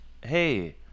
hey